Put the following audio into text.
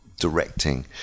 directing